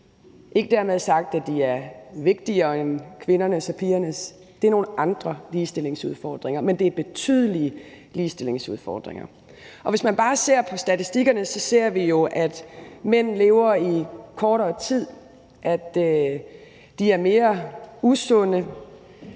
ikke dermed sagt, at de er vigtigere end kvindernes og pigernes; det er nogle andre ligestillingsudfordringer, og det er betydelige ligestillingsudfordringer. Hvis man bare ser på statistikkerne, ser vi, at mænd lever i kortere tid, at de er mere usunde,